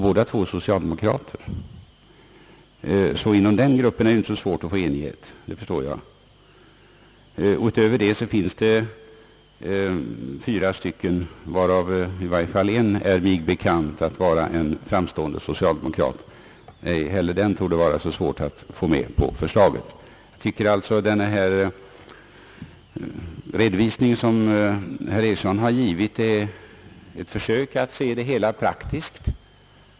Båda är socialdemokrater, och jag förstår att det inom den gruppen inte är så svårt att få enighet. Därutöver finns det fyra ledamöter, av vilka i varje fall en för mig är bekant som framstående socialdemokrat. Det torde ej heller vara så svårt att få med honom på förslaget. Jag tycker alltså att den redovisning herr Ericsson har givit är ett försök att se det hela praktiskt.